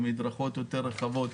מדרכות יותר רחבות,